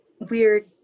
weird